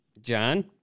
john